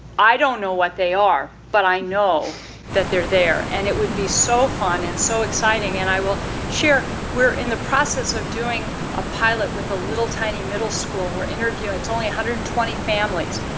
i don't know what they are, but i know that they're there, and it would be so fun and so exciting. and i will share, we're in the process of doing a pilot with a little tiny middle school. we're interviewing it's only one hundred and twenty families.